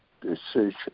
decision